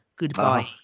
Goodbye